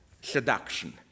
seduction